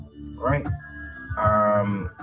right